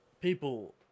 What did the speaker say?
people